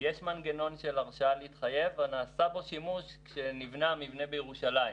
יש מנגנון של הרשאה להתחייב ונעשה בו שימוש כשנבנה המבנה בירושלים,